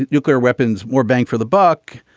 nuclear weapons more bang for the buck.